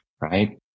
right